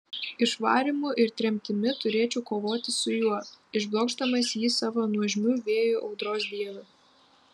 išvarymu ir tremtimi turėčiau kovoti su juo išblokšdamas jį savo nuožmiu vėju audros dieną